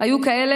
היו כאלה,